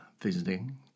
visiting